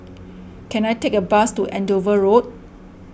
can I take a bus to Andover Road